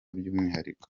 byumwihariko